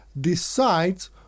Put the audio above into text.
decides